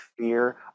fear